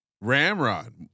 Ramrod